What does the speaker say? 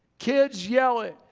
kids yell it.